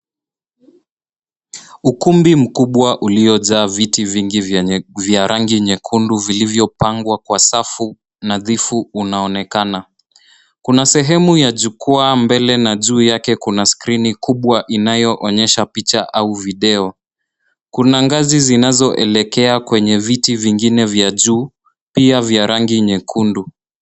Ukumbi mkubwa uliojaa viti vingi vya rangi nyekundu vilivyopangwa kwa safu nadhifu unaonekana. Kuna sehemu ya jukwaa mbele na juu yake kuna skrini kubwa inayoonyesha picha au video. Kuna ngazi zinazoelekea kwenye viti vingine vya juu pia vya rangi nyekundu.